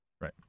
Right